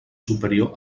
superior